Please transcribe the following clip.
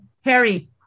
Harry